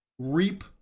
Reap